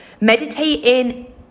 Meditating